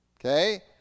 Okay